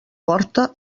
porta